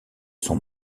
son